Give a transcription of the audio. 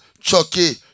Chucky